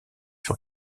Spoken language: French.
sur